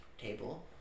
Table